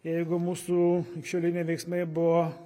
jeigu mūsų ligšioliniai veiksmai buvo